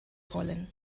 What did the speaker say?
rollen